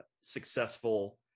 successful